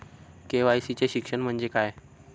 KYC चे शिक्षण म्हणजे काय?